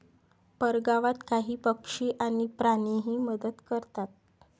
परगावात काही पक्षी आणि प्राणीही मदत करतात